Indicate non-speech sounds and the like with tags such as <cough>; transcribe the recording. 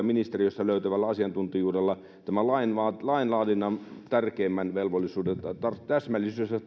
<unintelligible> ministeriöstä löytyvällä asiantuntijuudella saavuttaa lainlaadinnan tärkeimmät velvollisuudet täsmällisyyden ja <unintelligible>